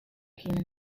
human